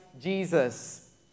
Jesus